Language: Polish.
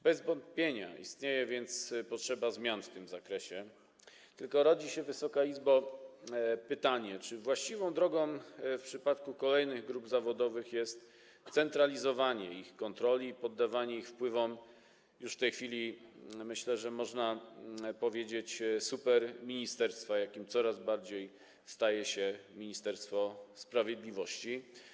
Bez wątpienia istnieje więc potrzeba zmian w tym zakresie, tylko rodzi się, Wysoka Izbo, pytanie, czy właściwą drogą w przypadku kolejnych grup zawodowych jest centralizowanie ich kontroli, poddawanie ich wpływom już w tej chwili - jak myślę, można powiedzieć - superministerstwa, jakim coraz bardziej staje się Ministerstwo Sprawiedliwości.